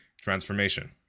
transformation